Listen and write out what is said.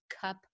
cup